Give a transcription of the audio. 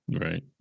Right